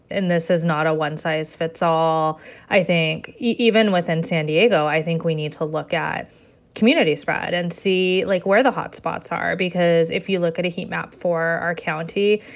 and this is not a one-size-fits-all. i think even within san diego, i think we need to look at community spread and see, like, where the hot spots are. because if you look at a heat map for our county,